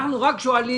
אנחנו רק שואלים